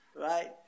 Right